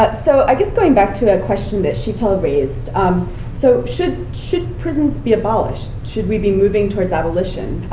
but so i guess going back to a question that shital raised um so should should prisons be abolished? should we be moving towards abolition?